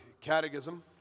Catechism